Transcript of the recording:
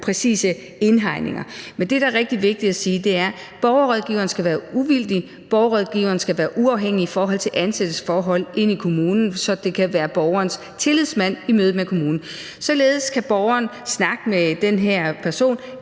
præcise indhegninger. Med det, der er rigtig vigtigt at sige, er, at borgerrådgiveren skal være uvildig, at borgerrådgiveren skal være uafhængig i forhold til ansættelsesforhold i kommunen, så vedkommende kan være borgerens tillidsmand i mødet med kommunen. Således kan borgeren snakke med den her person